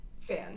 fan